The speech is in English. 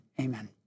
Amen